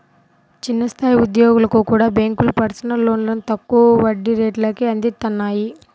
చిన్న స్థాయి ఉద్యోగులకు కూడా బ్యేంకులు పర్సనల్ లోన్లను తక్కువ వడ్డీ రేట్లకే అందిత్తన్నాయి